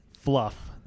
fluff